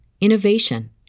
innovation